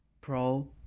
Pro